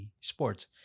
sports